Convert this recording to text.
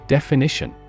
Definition